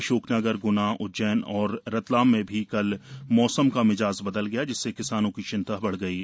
अशोकनगर गुना उज्जैन और रतलाम में भी कल मौसम का मिजाज बदल गया जिससे किसानों की चिंता बढ़ गई है